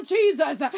Jesus